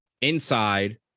inside